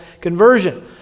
conversion